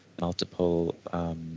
multiple